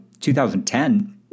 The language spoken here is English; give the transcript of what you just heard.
2010